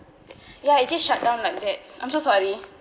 ya it just shut down like that I'm so sorry